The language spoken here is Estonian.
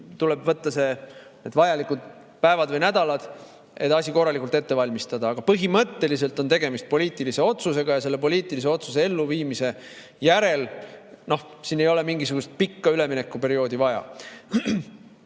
tuleb võtta need vajalikud päevad või nädalad, et asi korralikult ette valmistada, aga põhimõtteliselt on tegemist poliitilise otsusega ja selle poliitilise otsuse elluviimise järel ei ole mingisugust pikka üleminekuperioodi vaja. Ma